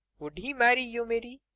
would he marry you, mary?